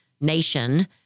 nation